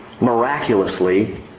miraculously